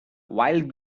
wild